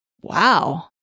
Wow